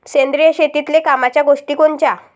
सेंद्रिय शेतीतले कामाच्या गोष्टी कोनच्या?